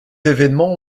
événements